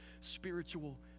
spiritual